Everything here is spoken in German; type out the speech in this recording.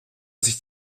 sich